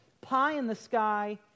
pie-in-the-sky